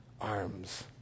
arms